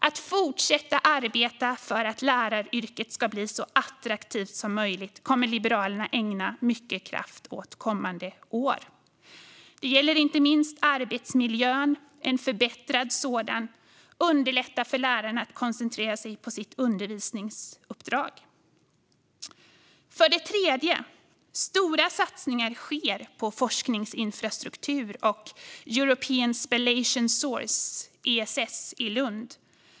Att fortsätta arbeta för att läraryrket ska bli så attraktivt som möjligt kommer Liberalerna att ägna mycket kraft åt kommande år. Det gäller inte minst att förbättra arbetsmiljön och underlätta för lärarna att koncentrera sig på sitt undervisningsuppdrag. För det tredje sker stora satsningar på forskningsinfrastruktur och European Spallation Source, ESS, i Lund.